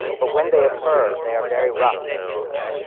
but when they occur, they are very rough and brutal.